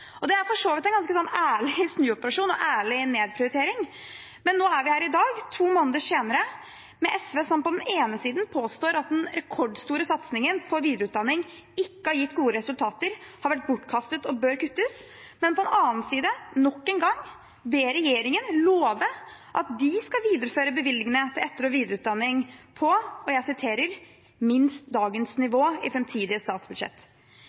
Det er for så vidt en ganske ærlig snuoperasjon og nedprioritering. Men nå er vi her i dag, to måneder senere, med SV som på den ene siden påstår at den rekordstore satsingen på videreutdanning ikke har gitt gode resultater, har vært bortkastet og bør kuttes, men på den annen side nok en gang ber regjeringen love at de skal videreføre bevilgningene til etter- og videreutdanning på «minst dagens nivå» i framtidige statsbudsjetter. De vil til og